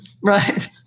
Right